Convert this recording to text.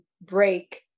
break